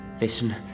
Listen